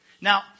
Now